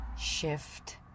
shift